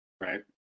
Right